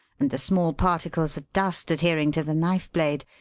and the small particles of dust adhering to the knife blade,